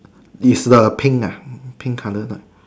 is the pink uh pink colour lah